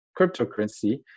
cryptocurrency